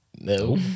no